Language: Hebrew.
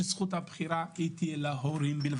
שזכות הבחירה תהיה להורים.